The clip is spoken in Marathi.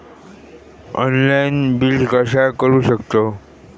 ऑनलाइन बिल कसा करु शकतव?